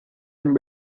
and